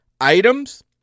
items